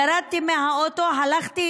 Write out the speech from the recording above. ירדתי מהאוטו, הלכתי